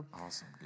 Awesome